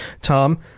Tom